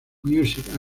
music